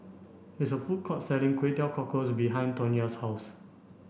there is a food court selling Kway Teow Cockles behind Tonya's house